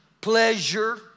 pleasure